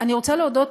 אני רוצה להודות,